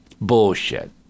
Bullshit